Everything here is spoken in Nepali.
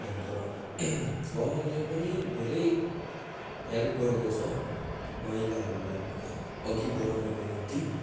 अन्त गभर्मेन्टले पनि धेरै हेल्प गरेको छ महिलाहरूलाई अघि बढाउनुको निम्ति